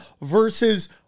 versus